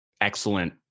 excellent